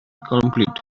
complete